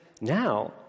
now